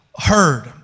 heard